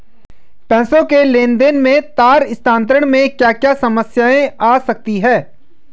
पैसों के लेन देन में तार स्थानांतरण में क्या क्या समस्याएं आ सकती हैं?